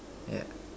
yeah